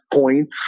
points